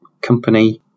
company